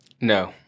No